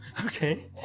Okay